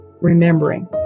remembering